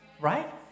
right